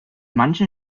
manchen